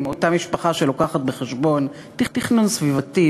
אותה משפחה שמביאה בחשבון תכנון סביבתי